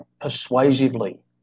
persuasively